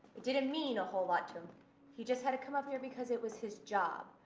it didn't mean a whole lot to him he just had to come up here because it was his job.